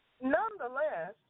Nonetheless